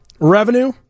Revenue